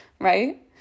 Right